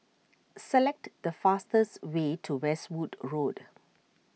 select the fastest way to Westwood Road